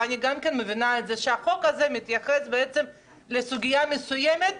ואני גם מבינה שהחוק הזה מתייחס לסוגיה מסוימת.